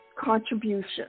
contribution